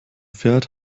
fährt